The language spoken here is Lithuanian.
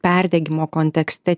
perdegimo kontekste